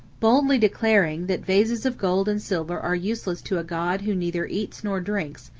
boldly declaring, that vases of gold and silver are useless to a god who neither eats nor drinks,